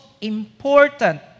important